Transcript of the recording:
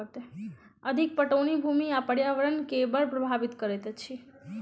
अधिक पटौनी भूमि आ पर्यावरण के बड़ प्रभावित करैत अछि